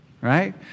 right